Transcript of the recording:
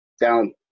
down